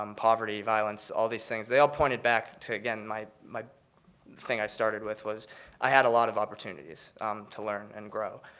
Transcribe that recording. um poverty, violence, all these things. they all pointed back to, again, my my thing i started with was i had a lot of opportunities to learn and grow.